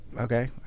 Okay